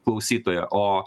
klausytoją o